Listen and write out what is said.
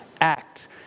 act